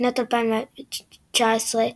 בשנת 2019,